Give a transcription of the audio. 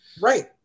Right